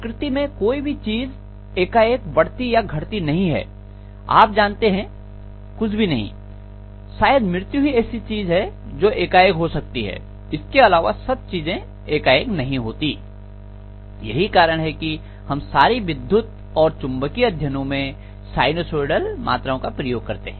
प्रकृति में कोई भी चीज एकाएक बढ़ती या घटती नहीं है आप जानते हैं कुछ भी नहीं शायद मृत्यु ही एक ऐसी चीज है जो एकाएक हो सकती है इसके अलावा सब चीजें एकाएक नहीं होती यही कारण है की हम सारी विद्युत और चुंबकीय अध्ययनों में साइनसोइडल मात्राओं का प्रयोग करते हैं